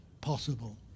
possible